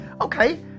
okay